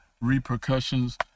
repercussions